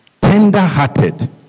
Tender-hearted